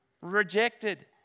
rejected